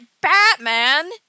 Batman